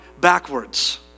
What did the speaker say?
backwards